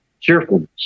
cheerfulness